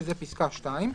שזה פסקה (2).